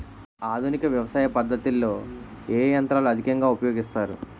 ఆధునిక వ్యవసయ పద్ధతిలో ఏ ఏ యంత్రాలు అధికంగా ఉపయోగిస్తారు?